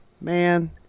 man